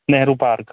Nehru park